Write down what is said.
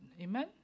Amen